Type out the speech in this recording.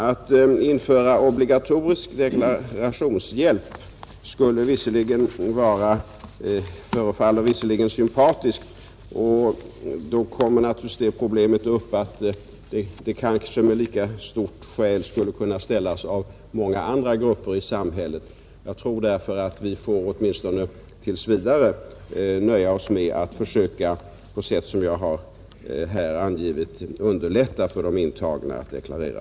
Att införa obligatorisk deklarationshjälp förefaller visserligen sympatiskt, men då uppkommer naturligtvis problemet att samma krav med lika stort skäl skulle kunna ställas av många andra grupper i samhället. Jag tror därför att vi åtminstone tills vidare får nöja oss med att försöka, på sätt som jag här har angivit, underlätta för de intagna att deklarera.